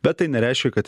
bet tai nereiškia kad